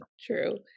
true